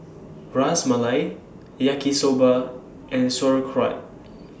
Ras Malai Yaki Soba and Sauerkraut